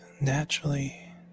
naturally